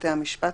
בתי המשפט,